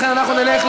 לכן אנחנו נלך,